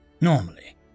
Normally